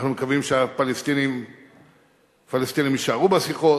אנחנו מקווים שהפלסטינים יישארו בשיחות.